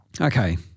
Okay